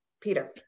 peter